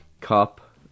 Cup